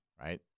right